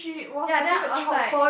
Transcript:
ya then I was like